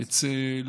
צל,